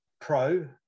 pro